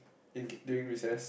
think during recess